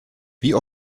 wie